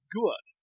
good